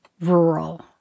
rural